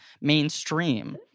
mainstream